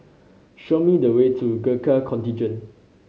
show me the way to Gurkha Contingent